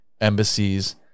embassies